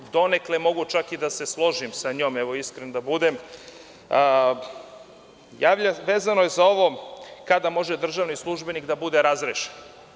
Donekle mogu čak i da se složim sa njom, evo iskren da budem, a vezano je za ovo kada može državni službenik da bude razrešen.